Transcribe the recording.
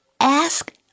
Ask